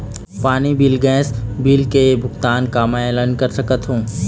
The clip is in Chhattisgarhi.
पानी बिल गैस बिल के भुगतान का मैं ऑनलाइन करा सकथों?